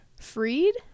Freed